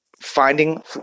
finding